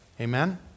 Amen